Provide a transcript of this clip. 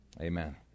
Amen